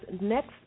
next